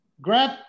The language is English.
Grab